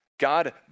God